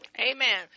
Amen